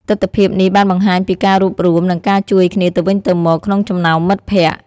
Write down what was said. ទិដ្ឋភាពនេះបានបង្ហាញពីការរួបរួមនិងការជួយគ្នាទៅវិញទៅមកក្នុងចំណោមមិត្តភក្តិ។